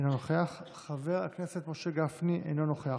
אינו נוכח, חבר הכנסת משה גפני, אינו נוכח.